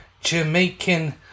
Jamaican